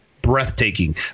breathtaking